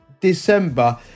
December